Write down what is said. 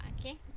okay